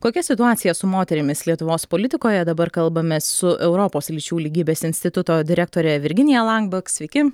kokia situacija su moterimis lietuvos politikoje dabar kalbamės su europos lyčių lygybės instituto direktore virginija lanbak